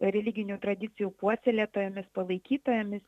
religinių tradicijų puoselėtojomis palaikytojomis